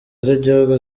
z’igihugu